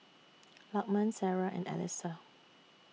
Lokman Sarah and Alyssa